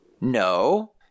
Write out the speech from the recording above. No